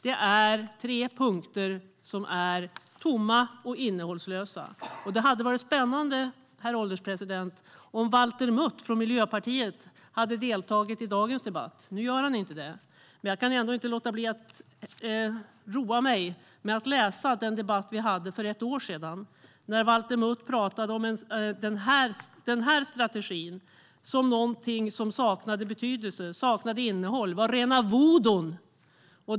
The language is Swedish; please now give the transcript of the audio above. Det är tre punkter som är tomma och innehållslösa. Det hade varit spännande, herr ålderspresident, om Valter Mutt från Miljöpartiet hade deltagit i dagens debatt, men nu gör han inte det. Jag kan ändå inte låta bli att roa mig med att läsa från den debatt som vi hade för ett år sedan, när Valter Mutt pratade om dåvarande strategi som något som saknade betydelse, saknade innehåll, var rena voodoon.